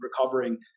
recovering